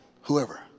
whoever